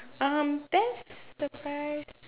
um best surprise